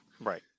Right